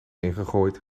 ingegooid